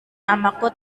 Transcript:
namaku